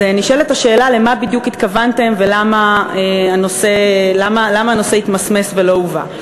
אז נשאלת השאלה למה בדיוק התכוונתם ולמה הנושא התמסמס ולא הובא.